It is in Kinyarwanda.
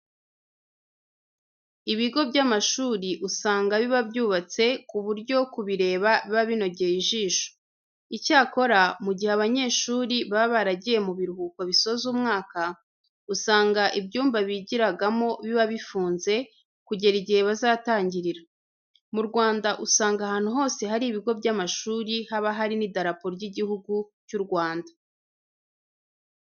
Ibigo by'amashuri usanga biba byubatse ku buryo ku bireba biba binogeye ijisho. Icyakora, mu gihe abanyeshuri baba baragiye mu biruhuko bisoza umwaka, usanga ibyumba bigiragamo biba bifunze kugera igihe bazatangirira. Mu Rwanda usanga ahantu hose hari ibigo by'amashuri haba hari n'idarapo ry'Igihugu cy'u Rwanda.